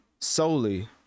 solely